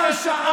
אתה היית